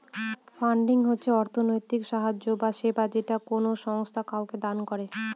funding হচ্ছে অর্থনৈতিক সাহায্য বা সেবা যেটা কোনো সংস্থা কাউকে দান করে